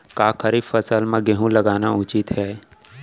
का खरीफ फसल म गेहूँ लगाना उचित है?